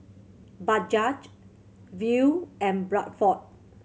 Bajaj Viu and Bradford